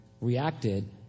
reacted